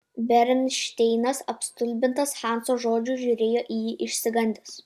bernšteinas apstulbintas hanso žodžių žiūrėjo į jį išsigandęs